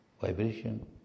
Vibration